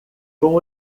com